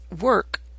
work